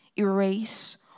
erase